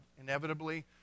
Inevitably